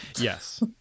yes